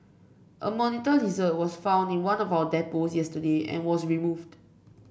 a monitor lizard was found in one of our depots yesterday and was removed